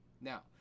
Now